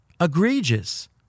egregious